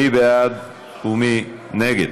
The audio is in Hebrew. מי בעד ומי נגד?